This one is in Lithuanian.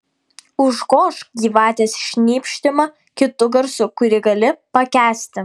užgožk gyvatės šnypštimą kitu garsu kurį gali pakęsti